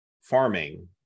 farming